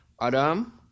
Adam